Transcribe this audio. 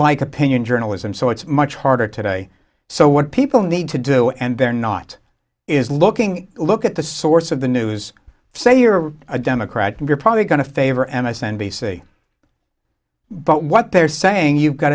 like opinion journalism so it's much harder today so what people need to do and they're not is looking look at the source of the news say you're a democrat and you're probably going to favor and ice and b c but what they're saying you've got